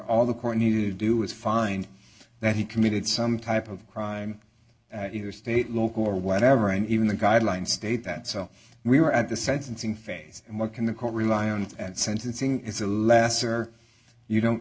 all the court knew to do is find that he committed some type of crime either state local or whatever and even the guidelines state that so we were at the sentencing phase and what can the court rely on at sentencing is a lesser you don't